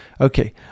Okay